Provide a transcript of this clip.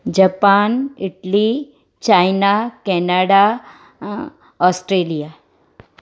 Japan Italy China Canada um Australia